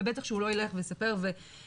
ובטח שהוא לא ילך ויספר וישתף.